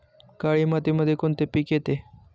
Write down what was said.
काळी मातीमध्ये कोणते पिके येते?